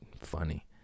funny